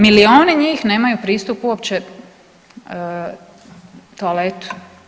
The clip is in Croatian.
Milijune njih nemaju pristup uopće toaletu.